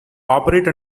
operate